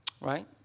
right